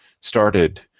started